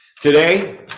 Today